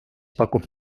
pakub